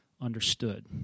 understood